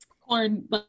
corn